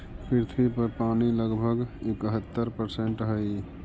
पृथ्वी पर पानी लगभग इकहत्तर प्रतिशत हई